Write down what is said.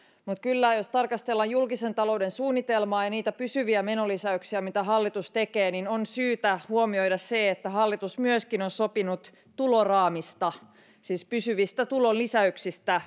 mutta jos tarkastellaan julkisen talouden suunnitelmaa ja niitä pysyviä menolisäyksiä mitä hallitus tekee niin on kyllä syytä huomioida se että hallitus on hallitusneuvottelujen yhteydessä myöskin sopinut tuloraamista siis pysyvistä tulonlisäyksistä